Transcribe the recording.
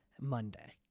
Monday